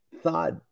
thought